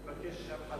נאמן, להציג את החוק.